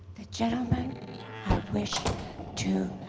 the gentleman i wish to